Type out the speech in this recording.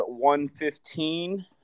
115